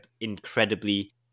incredibly